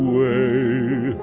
away,